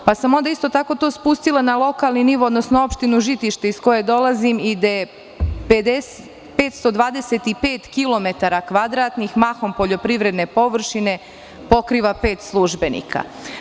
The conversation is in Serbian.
Onda sam to isto tako spustila na lokalni nivo, odnosno opštinu Žitište iz koje dolazim i gde 525 kilometara kvadratnih mahom poljoprivredne površine pokriva pet službenika.